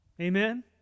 Amen